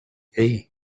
hey